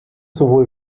sowohl